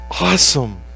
awesome